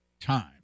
time